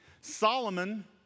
Solomon